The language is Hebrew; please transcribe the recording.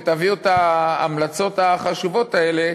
ותביאו את ההמלצות החשובות האלה,